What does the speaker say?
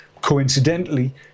coincidentally